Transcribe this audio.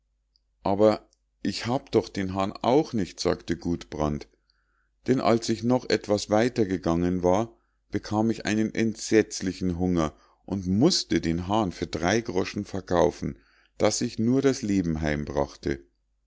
aber ich habe doch den hahn auch nicht sagte gudbrand denn als ich noch etwas weiter gegangen war bekam ich einen entsetzlichen hunger und mußte den hahn für drei groschen verkaufen daß ich nur das leben